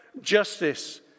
justice